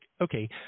okay